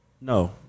No